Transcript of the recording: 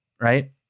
Right